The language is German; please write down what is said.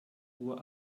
uhr